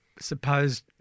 supposed